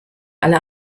alle